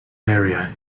area